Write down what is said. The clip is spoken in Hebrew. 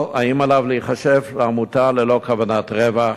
או האם עליו להיחשב עמותה ללא כוונת רווח?